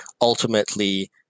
ultimately